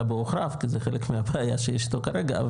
בעוכריו כי זה חלק מהבעיה שיש איתו כרגע,